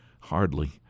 hardly